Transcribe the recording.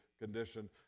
condition